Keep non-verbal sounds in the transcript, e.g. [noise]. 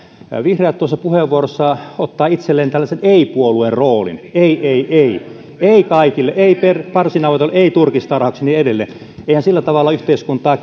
vihreät tuossa puheenvuorossaan ottavat itselleen tällaisen ei puolueen roolin ei ei ei ei kaikelle ei parsinavetoille ei turkistarhaukselle ja niin edelleen eihän sillä tavalla yhteiskuntaa [unintelligible]